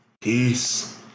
Peace